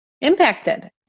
impacted